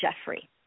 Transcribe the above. Jeffrey